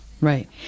Right